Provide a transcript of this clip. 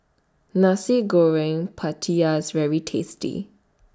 Nasi Goreng Pattaya IS very tasty